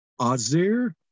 Azir